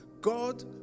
God